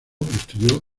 estudió